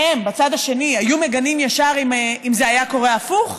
בצד השני, היו מגנים ישר אם היה קורה הפוך?